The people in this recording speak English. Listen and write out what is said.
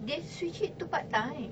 they switch it to part time